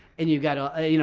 and you've got, ah you know,